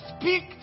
speak